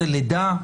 זה לידה,